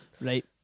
Right